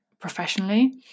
professionally